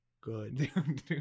good